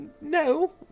No